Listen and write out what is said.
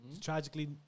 tragically